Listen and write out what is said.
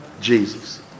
Jesus